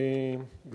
תודה רבה,